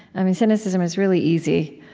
i mean, cynicism is really easy.